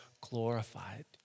glorified